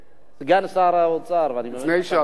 סגן שר האוצר, אני מבין שאתה משיב.